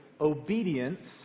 obedience